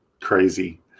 crazy